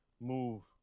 move